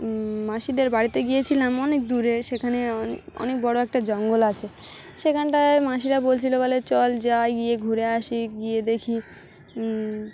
মাসিদের বাড়িতে গিয়েছিলাম অনেক দূরে সেখানে অনেক বড়ো একটা জঙ্গল আছে সেখানটায় মাসিরা বলছিল বলে চল যাই গিয়ে ঘুরে আসি গিয়ে দেখি